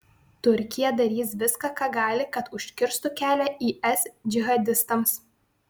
turkija darys viską ką gali kad užkirstų kelią is džihadistams